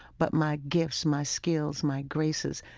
but my gifts, my skills, my graces,